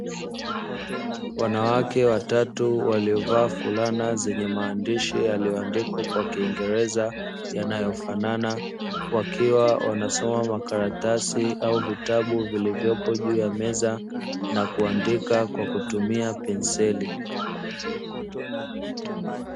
Wanawake watatu waliovaa fulana zenye maandishi yaliyoandikwa kwa kiingereza yanayofanana wakiwa wanasoma makaratasi au vitabu vilivyopo juu ya meza na kuandika kwa kutumia penseli.